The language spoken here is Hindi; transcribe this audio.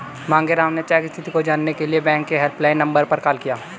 मांगेराम ने चेक स्थिति को जानने के लिए बैंक के हेल्पलाइन नंबर पर कॉल किया